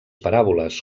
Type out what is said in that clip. paràboles